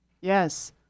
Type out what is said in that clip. Yes